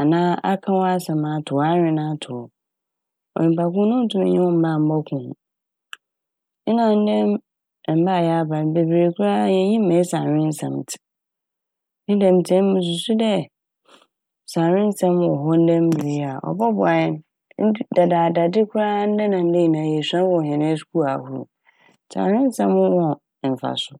anaa aka w'asɛm ato hɔ, awen ato hɔ onyimpa kor no onntum nnye wo mmba mmbɔko ho. Nna ndɛ mm- mba a yɛaba no bebree koraa a yennyim mesi a awensɛm tse ne dɛm ntsi emi mususu dɛ sɛ awensɛm wɔ hɔ ndɛ mber yi a ɔbɔboa hɛn nde- dadaada de koraa a ndɛ na ndɛ nyinaa yesua wɔ hɛn eskuul ahorow ntsi awensɛm ho wɔ mfaso.